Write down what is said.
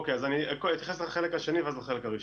אני אתייחס לחלק השני ואז לחלק הראשון.